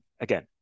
again